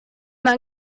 man